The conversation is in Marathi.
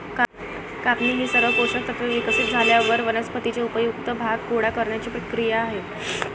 कापणी ही सर्व पोषक तत्त्वे विकसित झाल्यावर वनस्पतीचे उपयुक्त भाग गोळा करण्याची क्रिया आहे